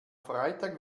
freitag